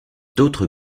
d’autres